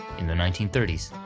in the nineteen thirty s.